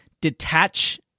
detach